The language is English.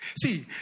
See